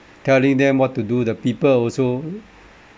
telling them what to do the people also